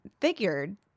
figured